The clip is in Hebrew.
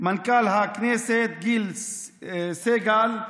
מנכ"ל הכנסת גיל סגל,